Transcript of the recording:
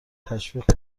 تشویق